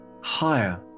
Higher